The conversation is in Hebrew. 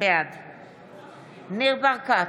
בעד ניר ברקת,